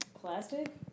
plastic